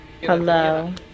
Hello